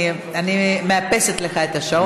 אני מאפסת לך את השעון.